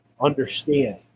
understand